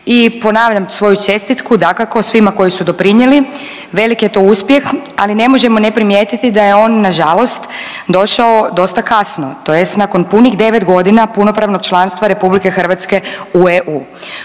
i ponavljam svoju čestitku, dakako, svima koji su doprinijeli. Velik je to uspjeh, ali ne možemo ne primijetiti da je on nažalost došao dosta kasno tj. nakon punih 9.g. punopravnog članstva RH u EU.